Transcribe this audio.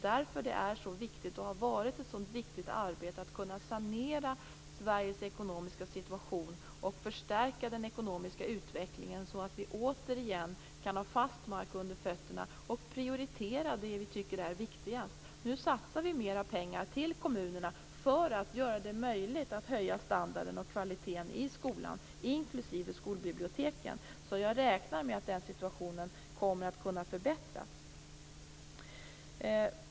Därför är det, och har varit, ett så viktigt arbete att kunna sanera Sveriges ekonomiska situation och förstärka den ekonomiska utvecklingen, så att vi återigen får fast mark under fötterna och kan prioritera det vi tycker är viktigast. Nu satsar vi på mer pengar till kommunerna för att göra det möjligt att höja standarden och kvaliteten i skolorna, inklusive skolbiblioteken. Jag räknar med att situationen kommer att kunna förbättras.